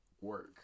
work